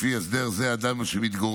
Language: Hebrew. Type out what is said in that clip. לפי הסדר זה, אדם שמתגורר